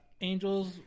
Angels